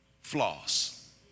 floss